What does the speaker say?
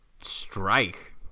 strike